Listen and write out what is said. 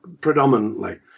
predominantly